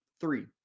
three